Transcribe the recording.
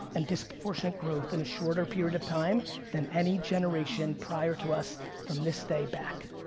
and disproportionate growth in a shorter period of time than any generation prior to us from this day back.